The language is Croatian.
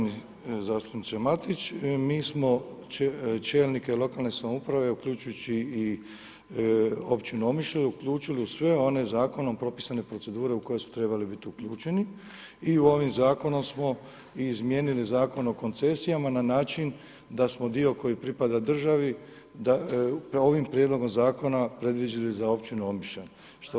Uvaženi zastupniče Matić, mi smo čelnike lokalne samouprave, uključujući i općinu Omišalj uključili u sve one zakonom propisane procedure u koje su trebali bit uključeni i u ovim zakonom smo izmijenili Zakon o koncesijama na način da smo dio koji pripada državi, ovim prijedlogom zakona predviđali za općinu Omišalj.